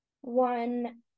one